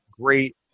great